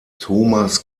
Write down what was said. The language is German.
thomas